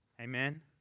Amen